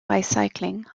bicycling